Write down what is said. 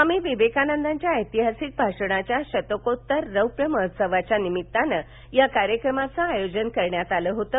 स्वामी विवेकानंदांच्या ऐतिहासिक भाषणाच्या शतकौत्तर रौप्य महोत्सावाच्या निमित्तानं या कार्यक्रमाचं आयोजन करण्यात आलं होतं